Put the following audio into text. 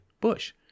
Bush